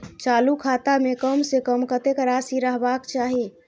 चालु खाता में कम से कम कतेक राशि रहबाक चाही?